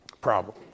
problem